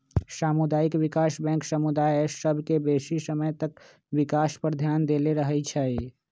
सामुदायिक विकास बैंक समुदाय सभ के बेशी समय तक विकास पर ध्यान देले रहइ छइ